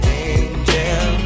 angel